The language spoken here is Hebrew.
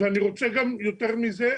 יותר מזה,